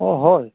অ হয়